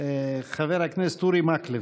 חבר הכנסת אורי מקלב.